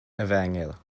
efengyl